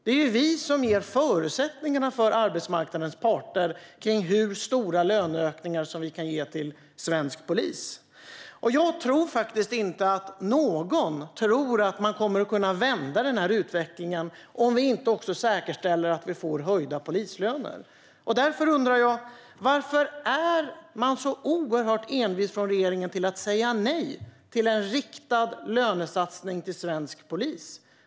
Det är vi som ger förutsättningarna för arbetsmarknadens parter för hur stora löneökningar vi kan ge till svensk polis. Jag tror inte att någon tror att man kan vända utvecklingen om vi inte säkerställer att vi får höjda polislöner. Därför undrar jag: Varför är man så oerhört envis från regeringen om att säga nej till en riktad lönesatsning för svensk polis?